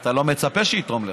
אתה גם לא מצפה שיתרום לך.